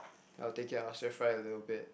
I'll take it I'll stir fry a little bit